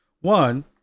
one